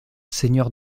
seigneur